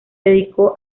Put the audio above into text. dedicó